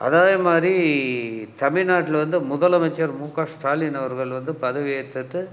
அதே மாரி தமிழ்நாட்டில் வந்து முதலமைச்சர் மூகா ஸ்டாலின் அவர்கள் வந்து பதவி ஏற்றுட்டு